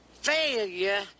failure